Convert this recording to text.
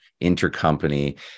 intercompany